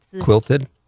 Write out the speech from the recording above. quilted